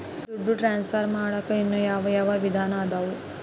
ದುಡ್ಡು ಟ್ರಾನ್ಸ್ಫರ್ ಮಾಡಾಕ ಇನ್ನೂ ಯಾವ ಯಾವ ವಿಧಾನ ಅದವು?